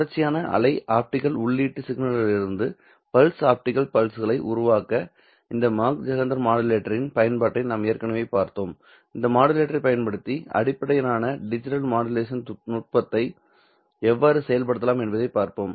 தொடர்ச்சியான அலை ஆப்டிகல் உள்ளீட்டு சிக்னல்களிலிருந்து பல்ஸ் ஆப்டிகல் பல்ஸ்களை உருவாக்க இந்த மாக் ஜெஹெண்டர் மாடுலேட்டரின் பயன்பாட்டை நாம் ஏற்கனவே பார்த்தோம்இந்த மாடுலேட்டரை பயன்படுத்தி அடிப்படையான டிஜிட்டல் மாடுலேஷன் நுட்பத்தை எவ்வாறு செயல்படுத்தலாம் என்பதைப் பார்ப்போம்